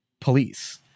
police